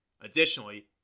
Additionally